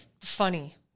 funny